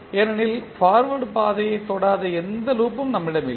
ஏனெனில் பார்வேர்ட் பாதையைத் தொடாத எந்த லூப் ம் நம்மிடம் இல்லை